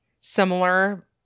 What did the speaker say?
similar